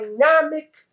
dynamic